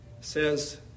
says